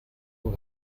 who